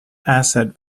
asset